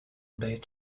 beach